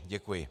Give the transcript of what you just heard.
Děkuji.